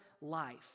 life